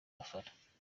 abafana